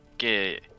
Okay